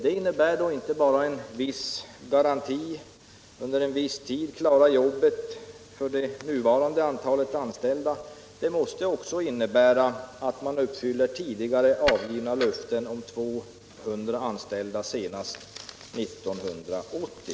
Det innebär inte bara en garanti för att man under viss tid klarar jobben för det nuvarande antalet anställda. Det måste också innebära att man uppfyller tidigare givna löften om 200 anställda senast 1980.